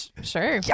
Sure